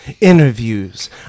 interviews